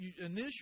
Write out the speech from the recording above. initially